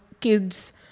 kids